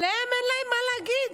עליהן אין להם מה להגיד?